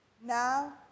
now